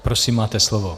Prosím, máte slovo.